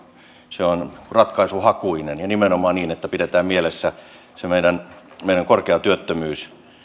se on ratkaisuhakuinen ja nimenomaan niin että pidetään mielessä se meidän meidän korkea työttömyys